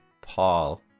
Paul